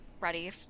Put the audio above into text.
ready